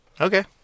Okay